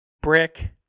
brick